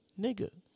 nigga